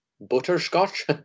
Butterscotch